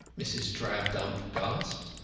mrs. drabdump gasped.